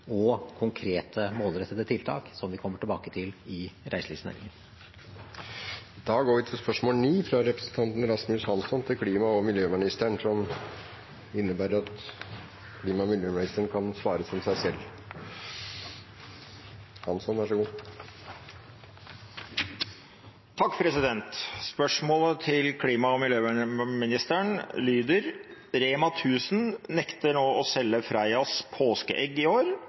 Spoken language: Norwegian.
og konkrete, målrettede tiltak, som vi kommer tilbake til i reiselivsmeldingen Spørsmålet til klima- og miljøministeren lyder: «Rema 1000 nekter å selge Freias påskeegg i år